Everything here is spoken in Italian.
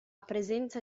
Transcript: presenza